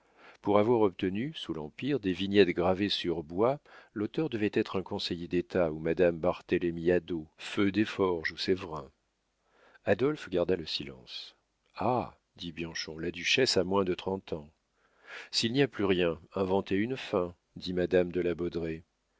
pour avoir obtenu sous l'empire des vignettes gravées sur bois l'auteur devait être un conseiller d'état ou madame barthélemy hadot feu desforges ou sewrin adolphe garda le silence ah dit bianchon la duchesse a moins de trente ans s'il n'y a plus rien inventez une fin dit madame de la